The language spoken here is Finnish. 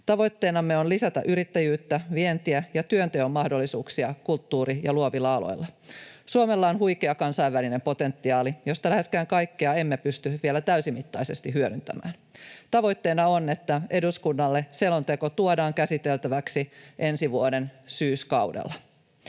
Tavoitteenamme on lisätä yrittäjyyttä, vientiä ja työnteon mahdollisuuksia kulttuuri- ja luovilla aloilla. Suomella on huikea kansainvälinen potentiaali, josta läheskään kaikkea emme pysty vielä täysimittaisesti hyödyntämään. Tavoitteena on, että eduskunnalle tuodaan selonteko käsiteltäväksi ensi vuoden syyskaudella.